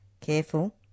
Careful